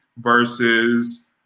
versus